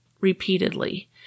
repeatedly